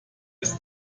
ist